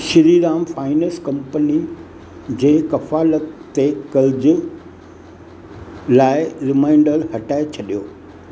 Shri Ram finance company जे कफ़ालत ते कर्ज़ लाइ रिमाइंडर हटाए छॾियो